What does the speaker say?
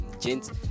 Gents